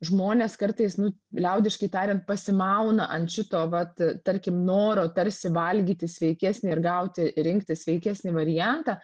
žmonės kartais nu liaudiškai tariant pasimauna ant šito vat tarkim noro tarsi valgyti sveikesnį ir gauti rinktis sveikesnį variantą